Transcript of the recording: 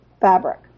fabric